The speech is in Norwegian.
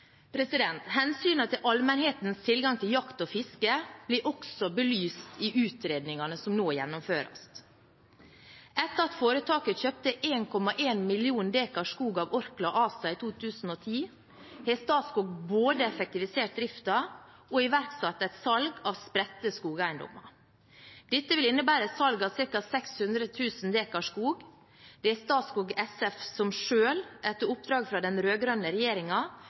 til allmennhetens tilgang til jakt og fiske blir også belyst i utredningene som nå gjennomføres. Etter at foretaket kjøpte 1,1 mill. dekar skog av Orkla ASA i 2010, har Statskog både effektivisert driften og iverksatt et salg av spredte skogeiendommer. Dette vil innebære salg av ca. 600 000 dekar skog. Det er Statskog SF som selv – etter oppdrag fra den